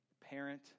parent